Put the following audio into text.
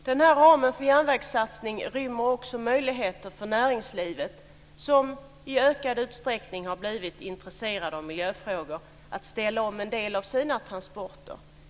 Den här ramen för en järnvägssatsning rymmer också möjligheter för näringslivet - som i ökad utsträckning blivit intresserat av miljöfrågor - att ställa om en del av sina transporter.